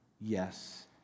yes